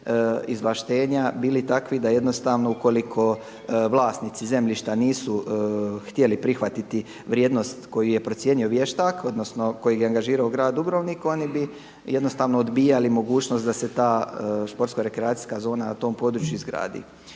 izvlaštenja bili takvi da jednostavno ukoliko vlasnici zemljišta nisu htjeli prihvatiti vrijednost koju je procijenio vještak, odnosno kojega je angažirao grad Dubrovnik, oni bi jednostavno odbijali mogućnost da se ta športsko-rekreacijska zona na tom području izgradi